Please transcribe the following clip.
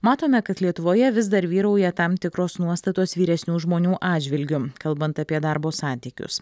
matome kad lietuvoje vis dar vyrauja tam tikros nuostatos vyresnių žmonių atžvilgiu kalbant apie darbo santykius